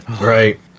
Right